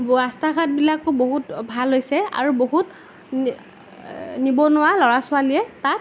ৰাস্তা ঘাটবিলাকো বহুত ভাল হৈছে আৰু বহুত নিবনুৱা ল'ৰা ছোৱালীয়ে তাত